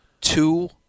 two